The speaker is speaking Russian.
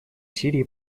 сирии